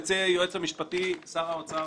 היועץ המשפטי, שר האוצר.